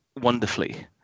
wonderfully